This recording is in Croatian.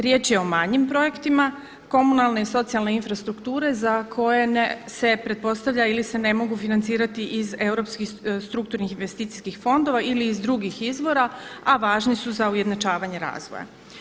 Riječ je o manjim projektima, komunalna i socijalne infrastrukture za koje se pretpostavlja ili se ne mogu financirati iz europskih strukturnih investicijskih fondova ili iz drugih izvora a važni su za ujednačavanje razvoja.